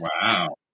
Wow